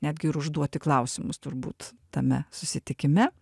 netgi ir užduoti klausimus turbūt tame susitikime